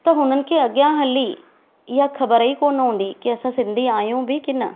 त हुननि खे अॻियां हली इहा ख़बर ई कोन हूंदी के असां सिंधी आहियूं बि की न